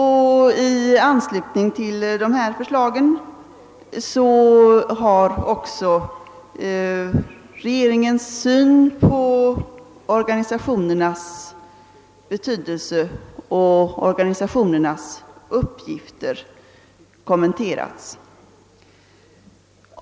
I anslutning härtill har också regeringens syn på organisationernas betydelse och uppgifter kommenterats.